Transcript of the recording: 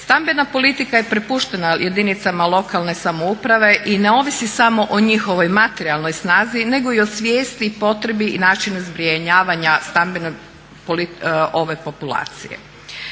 Stambena politika je prepuštena jedinicama lokalne samouprave i ne ovisi samo o njihovoj materijalnoj snazi nego i o svijesti, i potrebi i načinu zbrinjavanja ove populacije.